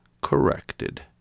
corrected